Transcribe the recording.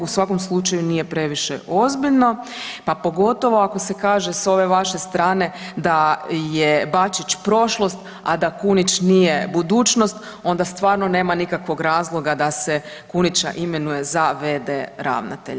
U svakom slučaju nije previše ozbiljno pa pogotovo ako se kaže s vaše strane da je Bačić prošlost, a da Kunić nije budućnost onda stvarno nema nikakvog razloga da se Kunića imenuje za v.d. ravnatelja.